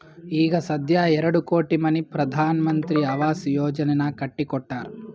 ಈಗ ಸಧ್ಯಾ ಎರಡು ಕೋಟಿ ಮನಿ ಪ್ರಧಾನ್ ಮಂತ್ರಿ ಆವಾಸ್ ಯೋಜನೆನಾಗ್ ಕಟ್ಟಿ ಕೊಟ್ಟಾರ್